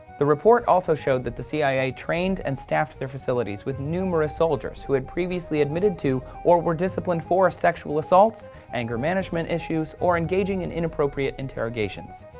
the report also showed that the cia trained and staffed their facilities with numerous soldiers who had previously admitted or were disciplined for sexual assaults, anger management issues or engaging in inappropriate interrogations.